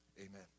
Amen